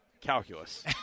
calculus